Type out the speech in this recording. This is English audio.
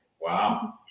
wow